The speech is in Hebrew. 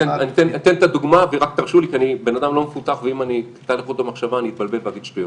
סגן השר לביטחון הפנים יואב סגלוביץ':